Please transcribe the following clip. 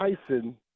Tyson